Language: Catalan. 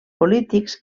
polítics